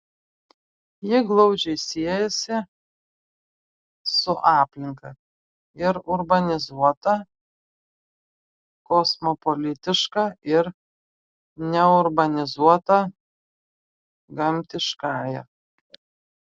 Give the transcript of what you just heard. ji glaudžiai siejasi su aplinka ir urbanizuota kosmopolitiška ir neurbanizuota gamtiškąja